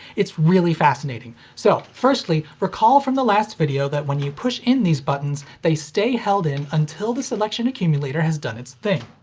it's really fascinating. so, firstly, recall from the last video that when you push in these buttons, they stay held in until the selection accumulator has done its thing.